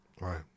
Right